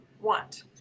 want